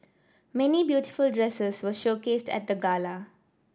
many beautiful dresses were showcased at the gala